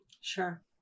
Sure